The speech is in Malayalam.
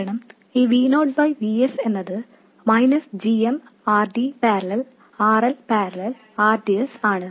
കാരണം ഈ V naught by V s എന്നത് minus g m R D parallel R L parallel rds ആണ്